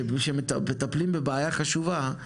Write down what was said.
שכשמטפלים בבעיה חשובה,